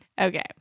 okay